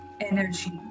energy